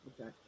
okay